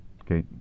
okay